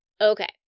Okay